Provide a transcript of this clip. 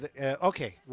okay